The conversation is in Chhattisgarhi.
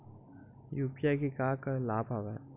यू.पी.आई के का का लाभ हवय?